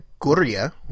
Guria